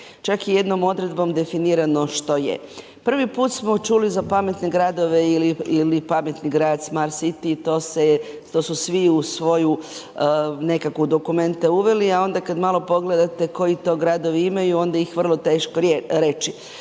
Čak je jednom odredbom definirano što je. Prvi put smo čuli za pametne gradove ili pametni grad smart city i to su svi u svoju nekako dokumente uveli, a onda kad malo pogledati, koji to gradovi imaju, onda je vrlo teško reći.